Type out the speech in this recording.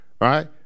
right